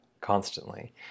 constantly